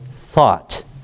thought